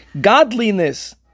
Godliness